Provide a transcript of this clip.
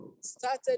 started